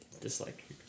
dislike